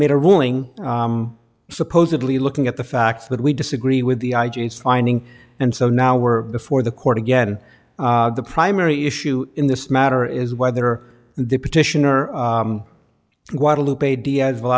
made a ruling supposedly looking at the facts that we disagree with the i g is finding and so now we're before the court again the primary issue in this matter is whether the petitioner guadalupe diaz